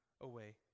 away